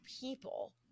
people